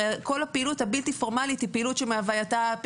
הרי כל הפעילות הבלתי פורמלית היא פעילות שמהווייתה היא